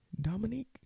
Dominique